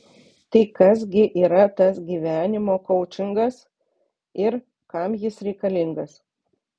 tai kas gi yra tas gyvenimo koučingas ir kam jis reikalingas